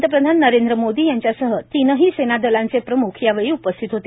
पंतप्रधान नरेंद्र मोदी यांच्यासह तीनही सेना दलांचे प्रम्ख यावेळी उपस्थित होते